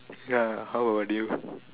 ya how about you